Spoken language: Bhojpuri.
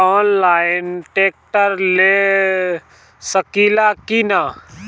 आनलाइन ट्रैक्टर ले सकीला कि न?